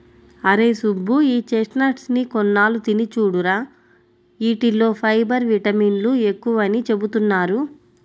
అరేయ్ సుబ్బు, ఈ చెస్ట్నట్స్ ని కొన్నాళ్ళు తిని చూడురా, యీటిల్లో ఫైబర్, విటమిన్లు ఎక్కువని చెబుతున్నారు